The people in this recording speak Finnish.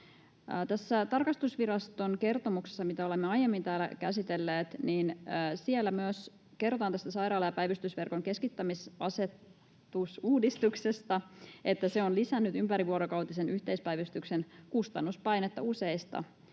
tarkastusviraston kertomuksessa, mitä olemme aiemmin täällä käsitelleet, kerrotaan sairaala- ja päivystysverkon keskittämisasetusuudistuksesta, että se on lisännyt ympärivuorokautisen yhteispäivystyksen kustannuspainetta useista